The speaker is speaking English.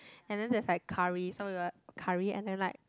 and then there's like curry so we will like curry and then like